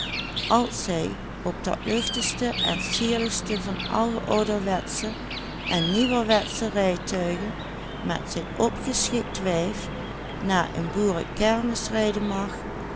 nieuwerwetsche rijtuigen met zijn opgeschikt wijf naar een boerekermis rijden